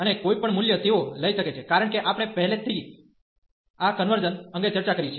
અને કોઈપણ મૂલ્ય તેઓ લઈ શકે છે કારણ કે આપણે પહેલાથી જ આ કન્વર્ઝન અંગે ચર્ચા કરી છે